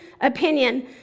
opinion